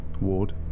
ward